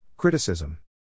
Criticism